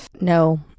No